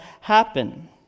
happen